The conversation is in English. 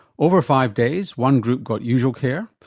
over five days one group got usual care,